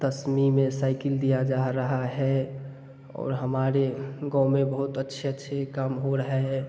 दसवीं में साइकिल दिया जा रहा है और हमारे गाँव में बहुत अच्छे अच्छे काम हो रहे हैं